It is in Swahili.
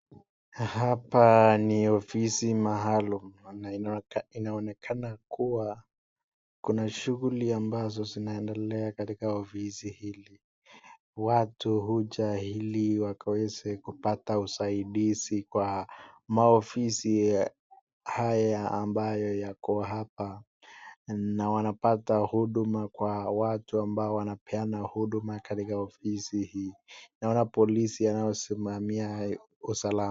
Hapa ni ofisi maalum inaonekana kuwa kuna shughuli ambazo zinaendelea katika ofisi hili, watu huja ili wakaweze kupata usaidizi kwa maofisi haya ambayo yako hapa na wanapata huduma kwa watu ambao wanapeana huduma katika ofisi hii, naona polisi anayesimamia usalama.